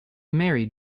married